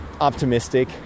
optimistic